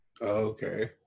Okay